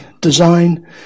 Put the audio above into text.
design